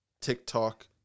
TikTok